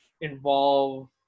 involve